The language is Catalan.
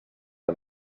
que